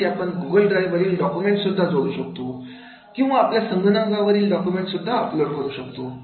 यासाठी आपण Google drive वरील डॉक्युमेंट सुद्धा जोडू शकतो किंवा आपल्या संगणकावरील डॉक्युमेंट सुद्धा अपलोड करू शकतो